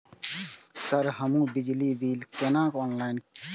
Sir हमू बिजली bill केना ऑनलाईन चुकेबे?